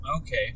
Okay